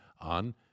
on